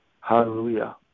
Hallelujah